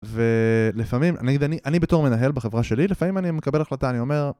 ולפעמים, אני בתור מנהל בחברה שלי, לפעמים אני מקבל החלטה, אני אומר...